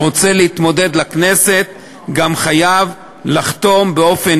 שרוצה להתמודד לכנסת גם חייב לחתום באופן